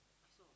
x